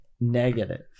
negative